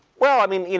well, i mean,